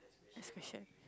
next question